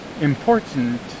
important